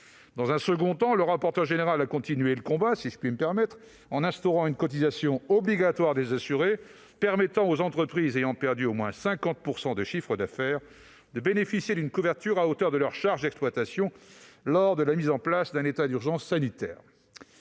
Dans un deuxième temps, le rapporteur général a continué le « combat » en instaurant une cotisation obligatoire des assurés permettant aux entreprises ayant perdu au moins 50 % de leur chiffre d'affaires de bénéficier d'une couverture à hauteur des charges d'exploitation lors de la mise en place d'un état d'urgence sanitaire.